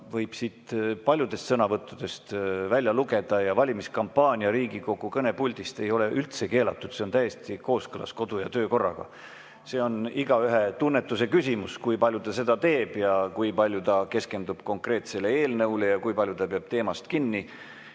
võib siin paljudest sõnavõttudest välja lugeda. Aga valimiskampaania Riigikogu kõnepuldist ei ole üldse keelatud, see on täiesti kooskõlas kodu- ja töökorraga. See on igaühe tunnetuse küsimus, kui palju ta seda teeb, kui palju ta keskendub konkreetsele eelnõule ja kui palju ta peab teemast kinni.